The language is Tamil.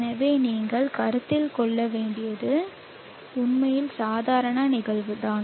எனவே நீங்கள் கருத்தில் கொள்ள வேண்டியது உண்மையில் சாதாரண நிகழ்வுதான்